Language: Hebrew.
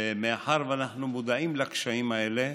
מאחר שאנחנו מודעים לקשיים האלה,